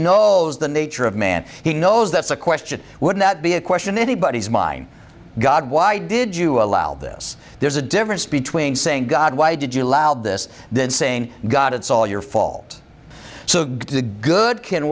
knows the nature of man he knows that's a question would that be a question anybody's my god why did you allow this there's a difference between saying god why did you allow this then saying god it's all your fault so good can